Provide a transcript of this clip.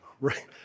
right